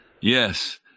Yes